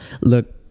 Look